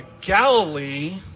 Galilee